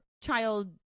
child